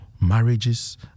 Marriages